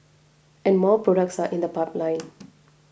and more products are in the pipeline